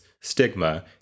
stigma